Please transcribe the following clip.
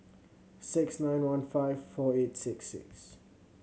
six nine one five four eight six six